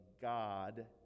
god